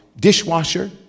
dishwasher